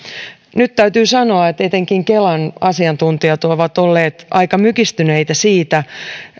nyt täytyy sanoa että etenkin kelan asiantuntijat ovat olleet aika mykistyneitä siitä